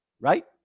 Right